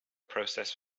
process